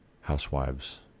housewives